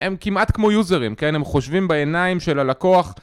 הם כמעט כמו יוזרים, הם חושבים בעיניים של הלקוח